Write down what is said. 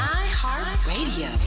iHeartRadio